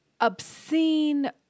obscene